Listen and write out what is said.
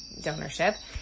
donorship